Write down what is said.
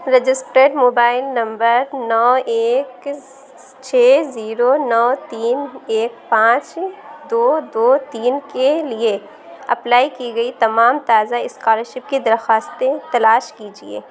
registered mobile number نو ایک چھ زیرو نو تین ایک پانچ دو دو تین کے لیے اپلائی کی گئی تمام تازہ اسکالرشپ کی درخواستیں تلاش کیجیے